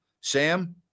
Sam